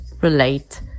relate